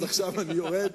אז עכשיו אני יורד.